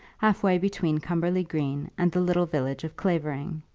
half-way between cumberly green and the little village of clavering,